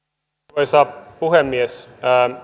arvoisa puhemies